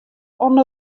oan